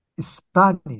spanish